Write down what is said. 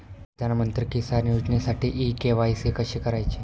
प्रधानमंत्री किसान योजनेसाठी इ के.वाय.सी कशी करायची?